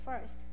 first